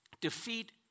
defeat